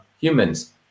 humans